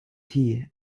tea